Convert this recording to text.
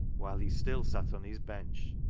whilst he still sat on his bench,